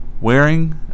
wearing